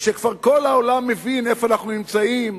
כשכל העולם מבין איפה אנחנו נמצאים,